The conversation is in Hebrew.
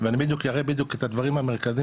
ואני בדיוק ייראה את הדברים המרכזיים